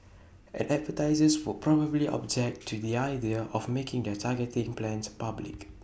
and advertisers would probably object to the idea of making their targeting plans public